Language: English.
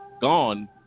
gone